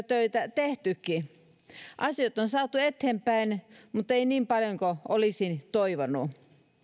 töitä nyt tehtykin asioita on saatu eteenpäin mutta ei niin paljon kuin olisin toivonut